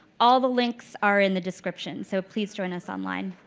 all the links are in the description, so please join us online.